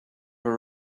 were